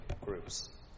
groups